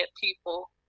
people